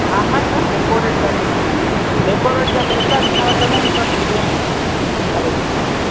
असां सभु डेकोरेट करे ॾींदा आहियूं डेकोरेट ॼा पैसा भी न वठंदा आहियूं सब फ्री में करे ॾींदा आहियूं